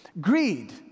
Greed